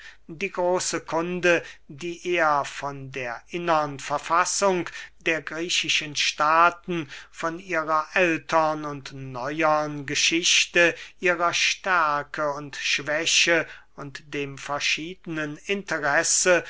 die große kunde die er von der innern verfassung der griechischen staaten von ihrer ältern und neuern geschichte ihrer stärke und schwäche und dem verschiedenen interesse